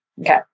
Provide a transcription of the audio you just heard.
Okay